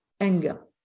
anger